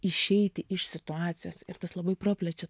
išeiti iš situacijos ir tas labai praplečia